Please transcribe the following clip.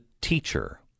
teacher